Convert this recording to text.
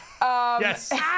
yes